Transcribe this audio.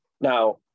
now